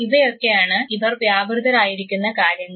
ഇവയൊക്കെയാണ് ഇവർ വ്യാപൃതരായിരിക്കുന്ന കാര്യങ്ങൾ